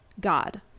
God